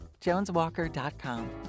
JonesWalker.com